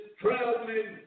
traveling